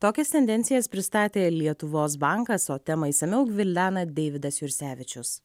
tokias tendencijas pristatė lietuvos bankas o temą išsamiau gvildena deividas jursevičius